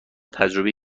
تجربه